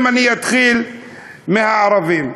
אני אתחיל מהערבים.